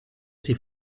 sie